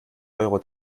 euro